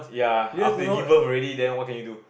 ya after you give birth already then what can you do